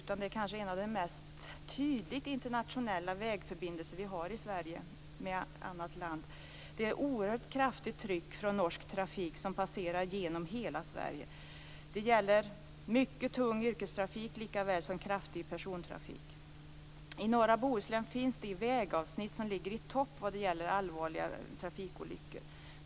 Den är kanske en av de mest tydligt internationella vägförbindelser vi har i Sverige med annat land. Det är ett oerhört kraftigt tryck från norsk trafik som passerar genom hela Sverige. Det gäller mycket tung yrkestrafik likaväl som kraftig persontrafik. I norra Bohuslän finns de vägavsnitt som ligger i topp vad gäller allvarliga trafikolyckor.